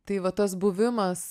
tai va tas buvimas